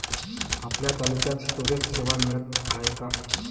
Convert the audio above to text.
आपल्या तालुक्यात स्टोरेज सेवा मिळत हाये का?